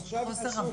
יש חוסר הבנה.